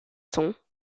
tons